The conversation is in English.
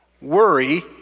Worry